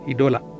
Idola